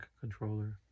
controller